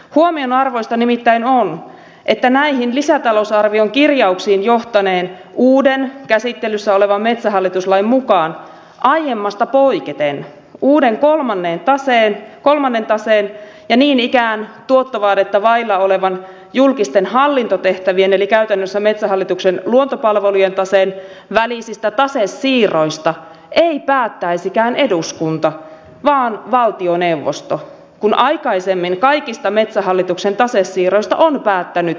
huomionarvoista nimittäin on että näihin lisätalousarvion kirjauksiin johtaneen uuden käsittelyssä olevan metsähallitus lain mukaan aiemmasta poiketen uuden kolmannen taseen ja niin ikään tuottovaadetta vailla olevan julkisten hallintotehtävien eli käytännössä metsähallituksen luontopalvelujen taseen välisistä tasesiirroista ei päättäisikään eduskunta vaan valtioneuvosto kun aikaisemmin kaikista metsähallituksen tasesiirroista on päättänyt eduskunta